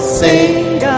sing